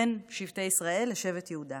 בין שבטי ישראל לשבט יהודה.